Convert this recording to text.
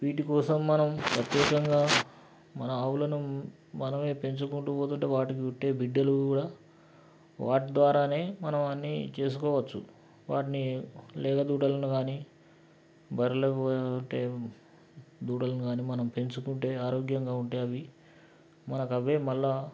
వీటికోసం మనం ప్రత్యేకంగా మన ఆవులను మనమే పెంచుకుంటుపోతూంటే వాటికి పుట్టే బిడ్డలు కూడా వాటి ద్వారానే మనం అన్ని చేసుకోవచ్చు వాటిని లేగ దూడలు అని కాని బర్రెలకు పెట్టె దూడలను కాని మనం పెంచుకుంటే ఆరోగ్యాంగా ఉంటే అవి మనకు అవే మళ్ళీ